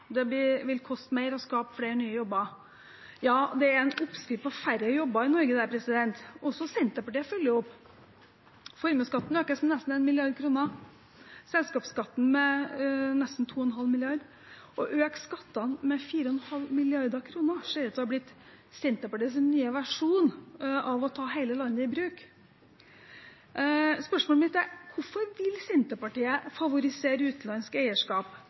Det blir dyrere å jobbe, og det vil koste mer å skape flere nye jobber. Ja, dette er en oppskrift på færre jobber i Norge. Også Senterpartiet følger opp. Formuesskatten økes med nesten 1 mrd. kr, selskapsskatten med nesten 2,5 mrd. kr. Å øke skattene med 4,5 mrd. kr ser ut til å ha blitt Senterpartiets nye versjon av å ta hele landet i bruk. Spørsmålet mitt er: Hvorfor vil Senterpartiet favorisere utenlandsk eierskap,